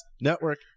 Network